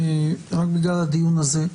רק בגלל הדיון הזה.